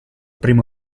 prima